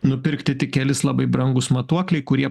nupirkti tik kelis labai brangūs matuokliai kurie